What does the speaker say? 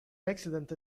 accident